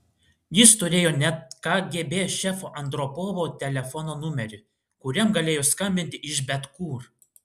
jis turėjo net kgb šefo andropovo telefono numerį kuriam galėjo skambinti iš bet kur